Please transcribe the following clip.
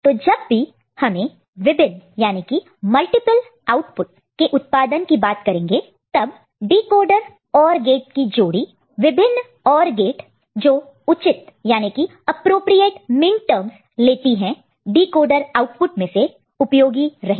तो जब भी हम विभिन्न मल्टीपल multiple आउटपुट के उत्पादन जेनरेशन generation की बात करेंगे तब डिकोडर OR गेट की जोड़ी विभिन्न मल्टीपल multiple OR गेट जो उचित एप्रोप्रियेट appropriate मिनटर्मस लेती है डिकोडर आउटपुट में से उपयोगी रहेगा